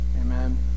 Amen